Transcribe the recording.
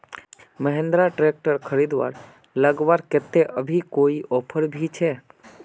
Mahindra tractor खरीद लगवार केते अभी कोई ऑफर भी छे?